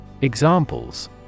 Examples